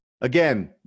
again